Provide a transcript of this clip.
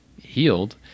healed